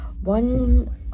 One